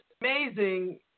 amazing